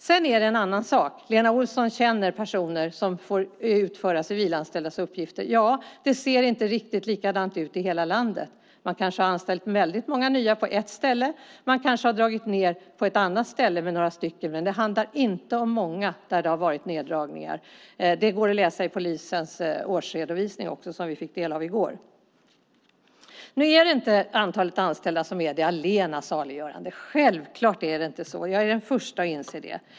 Sedan är det en annan sak att Lena Olsson känner personer som får utföra civilanställdas uppgifter. Ja, det ser inte riktigt likadant ut i hela landet. Man kanske har anställt väldigt många nya på ett ställe. Man kanske har dragit ned med några stycken på ett annat ställe. Men det handlar inte om många där det har varit neddragningar. Det går att läsa i polisens årsredovisning som vi fick del av i går. Nu är det inte antalet anställda som är det allena saliggörande. Det är självklart inte så. Jag är den första att inse det.